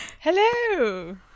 Hello